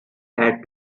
had